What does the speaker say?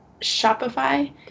Shopify